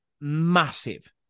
massive